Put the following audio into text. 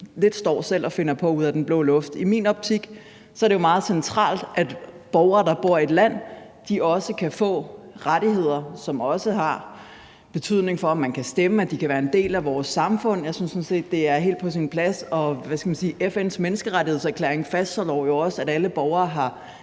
lidt selv står og finder på ud af den blå luft. I min optik er det meget centralt, at borgere, der bor i et land, også kan få rettigheder, som også har betydning for, om de kan stemme, og at de kan være en del af vores samfund. Jeg synes sådan set, at det er helt på sin plads. FN's menneskerettighedserklæring fastslår jo også, at alle borgere har